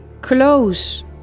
close